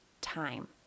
time